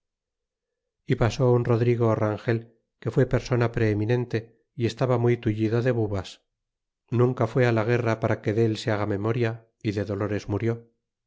y pasó un rodrigo rangel que fue persona preeminente y estaba muy tullido de bubas nunca fué á la guerra para que del se haga memoria y de dolores murió